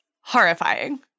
horrifying